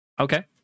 Okay